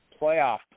playoff